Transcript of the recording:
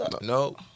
No